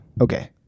Okay